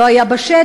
לא היה בשטח,